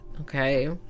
Okay